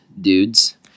dudes